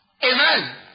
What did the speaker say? Amen